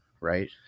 right